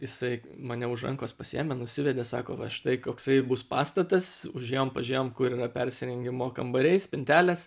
jisai mane už rankos pasiėmė nusivedė sako va štai koksai bus pastatas užėjom pažiūrėjom kur yra persirengimo kambariai spintelės